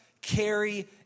carry